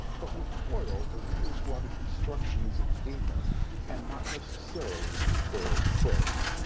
but with hoyle, the readers wanted instructions in gaming and not necessarily hoyle's prose.